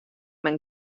men